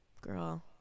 Girl